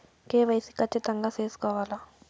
KYC ఖచ్చితంగా సేసుకోవాలా